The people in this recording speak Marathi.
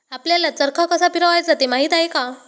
आपल्याला चरखा कसा फिरवायचा ते माहित आहे का?